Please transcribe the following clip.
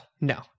No